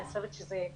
אני חושבת שזו טעות,